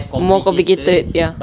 more complicated ya